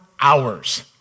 hours